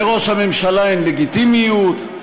לראש הממשלה אין לגיטימיות.